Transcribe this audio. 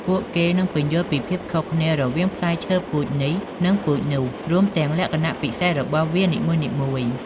ពួកគេនឹងពន្យល់ពីភាពខុសគ្នារវាងផ្លែឈើពូជនេះនិងពូជនោះ រួមទាំងលក្ខណៈពិសេសរបស់វានីមួយៗ។